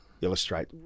illustrate